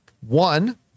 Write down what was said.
One